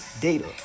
data